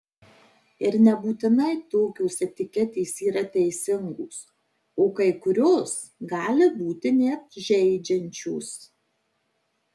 ir nebūtinai tokios etiketės yra teisingos o kai kurios gali būti net žeidžiančios